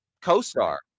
co-star